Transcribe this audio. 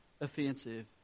Offensive